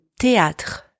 théâtre